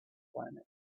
planet